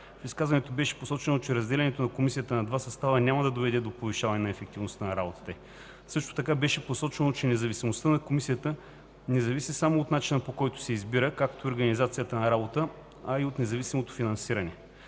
В изказването беше посочено, че разделянето на Комисията на два състава няма да доведе до повишаване на ефективността на работата й. Също така беше посочено, че независимостта на Комисията не зависи само от начина, по който се избира, както и организацията на работа, а и от независимото финансиране.